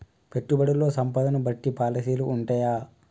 పెట్టుబడుల్లో సంపదను బట్టి పాలసీలు ఉంటయా?